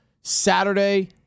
Saturday